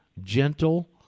gentle